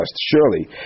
Surely